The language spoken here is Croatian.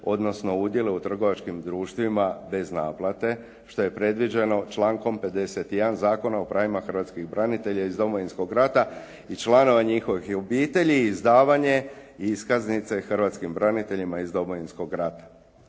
odnosno udjele u trgovačkim društvima bez naplate što je predviđeno člankom 51. Zakona o pravima hrvatskih branitelja iz Domovinskog rata i članova njihovih obitelji izdavanje iskaznice hrvatskim braniteljima iz Domovinskog rata.